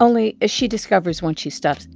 only, as she discovers once she stops